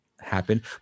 happen